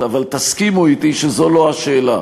אבל תסכימו אתי שזו לא השאלה.